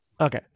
Okay